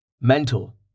Mental